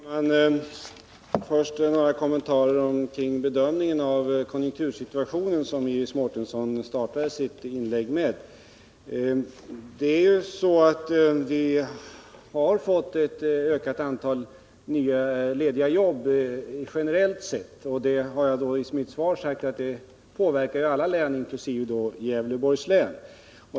Fru talman! Jag vill först göra några kommentarer till den bedömning av konjunktursituationen som Iris Mårtensson startade sitt inlägg med. Vi har ju fått ett ökat antal lediga jobb generellt sett, och jag sade i mitt svar att det påverkar alla län, inkl. Gävleborgs län.